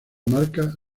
marca